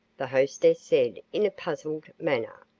the hostess said, in a puzzled manner.